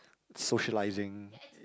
socialising